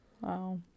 Wow